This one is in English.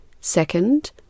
Second